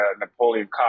Napoleon